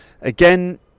Again